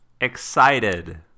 Excited